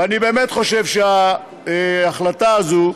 ואני באמת חושב שההחלטה הזאת,